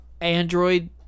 Android